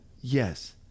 Yes